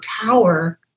power